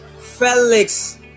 Felix